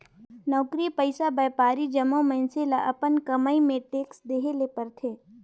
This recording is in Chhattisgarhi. नउकरी पइसा, बयपारी जम्मो मइनसे ल अपन कमई में टेक्स देहे ले परथे